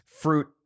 Fruit